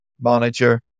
manager